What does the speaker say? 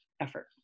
effort